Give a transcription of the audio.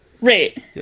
Right